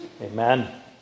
Amen